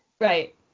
Right